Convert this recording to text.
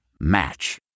Match